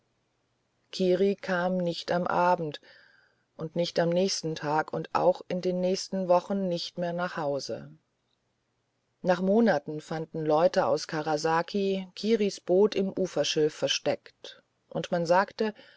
kiri kam nicht am abend und nicht am nächsten tag und auch in den nächsten wochen nicht mehr nach hause nach monaten fanden leute aus karasaki kiris boot im uferschilf versteckt und man sagte